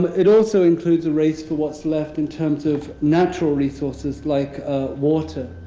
but it also includes a race for what's left in terms of natural resources like water,